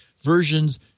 Versions